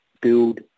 build